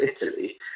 Italy